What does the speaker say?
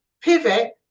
pivot